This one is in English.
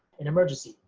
an emergency,